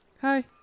Hi